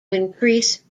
increase